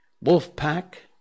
Wolf-pack